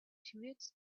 duets